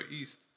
east